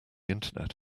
internet